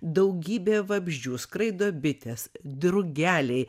daugybė vabzdžių skraido bitės drugeliai